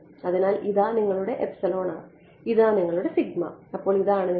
അതിനാൽ ഇതാ നിങ്ങളുടെ ഇതാ നിങ്ങളുടെ അപ്പോൾ അതാണ് നിങ്ങളുടെ